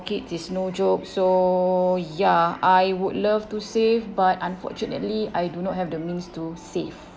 kids is no joke so ya I would love to save but unfortunately I do not have the means to save